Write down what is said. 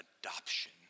adoption